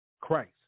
Christ